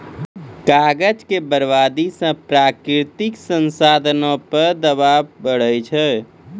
कागज के बरबादी से प्राकृतिक साधनो पे दवाब बढ़ै छै